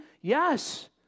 Yes